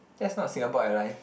that's not Singapore Airlines